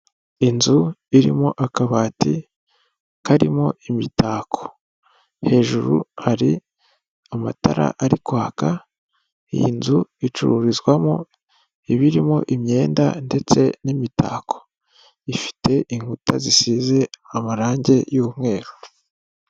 Inzu irimo akabati karimo imitako. Hejuru hari amatara ari kwaka, iyi nzu icururizwamo ibirimo imyenda ndetse n'imitako. Ifite inkuta zisize amarangi y'mweru.